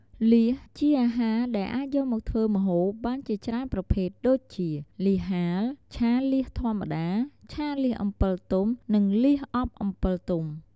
លៀសជាអាហារដែលអាចយកមកធ្វើម្ហូបបានជាច្រើនប្រភេទដូចជា លៀសហាល ឆាលៀសធម្មតា ឆាលៀសអំពិលទុំ និងលៀសអប់អំពិលទុំ ។